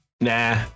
Nah